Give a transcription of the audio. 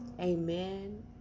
Amen